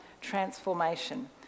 transformation